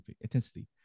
intensity